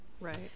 Right